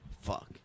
Fuck